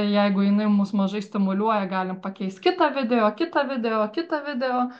jeigu jinai mus mažai stimuliuoja galim pakeist kitą video kitą video kitą video